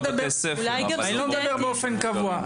אני לא מדבר באופן קבוע.